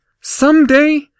someday